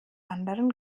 anderen